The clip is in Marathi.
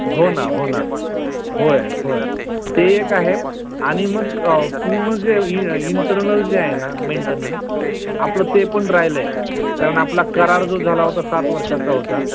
हो ना हो ना होय होय ते एक आहे आणि मग पूर्ण जे इ इंटर्नल जे आहे ना मेंटेनन्स आपलं ते पण राहिले आहे कारण आपला करार जो झाला होता सात वर्षाचा होता